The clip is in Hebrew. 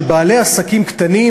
של בעלי עסקים קטנים,